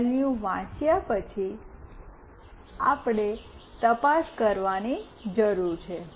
value વાંચ્યા પછી આપણે તપાસ કરવાની જરૂર છે